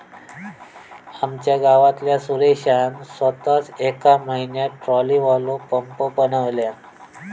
आमच्या गावातल्या सुरेशान सोताच येका म्हयन्यात ट्रॉलीवालो पंप बनयल्यान